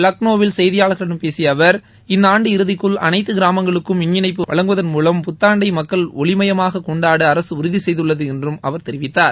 லக்னோவில் செய்தியார்களிடம் பேசிய அவர் இந்த ஆண்டு இறதிக்குள் அனைத்து கிராமங்களுக்கும் மின் இணைப்பு வழங்குவதன் மூலம் புத்தாண்டை மக்கள் ஒளிமயமாக கொண்டாட அரசு உறுதி செய்துள்ளது என்று அவர் தெரிவித்தார்